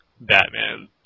Batman